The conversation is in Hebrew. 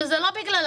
שזה לא בגללם,